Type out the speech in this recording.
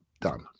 Done